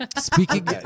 Speaking